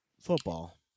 football